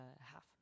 half